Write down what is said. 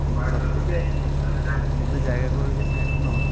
কিন্তু সবথেকে মনে জায়গা করোর গেছে এখনও